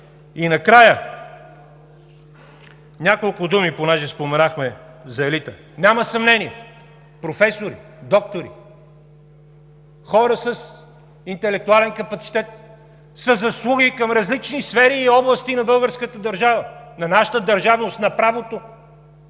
И накрая няколко думи, понеже споменахме за елита. Няма съмнение – професори, доктори, хора с интелектуален капацитет, със заслуги към различни сфери и области на българската държава, на нашата държавност, на правото,